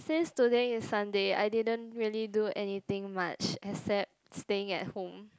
since today is Sunday I didn't really do anything much except staying at home